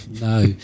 No